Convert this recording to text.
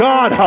God